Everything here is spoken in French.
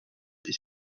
est